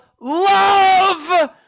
love